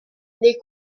les